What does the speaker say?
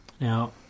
now